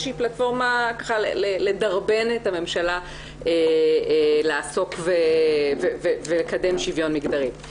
שהיא פלטפורמה לדרבן את הממשלה לעסוק ולקדם שוויון מגדרי.